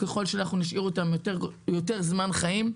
ככל שנשאיר אותם יותר זמן חיים,